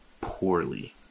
poorly